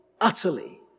utterly